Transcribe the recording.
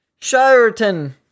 Shireton